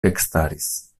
ekstaris